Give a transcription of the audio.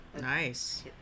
nice